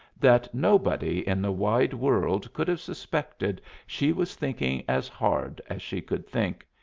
that nobody in the wide world could have suspected she was thinking as hard as she could think,